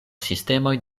sistemoj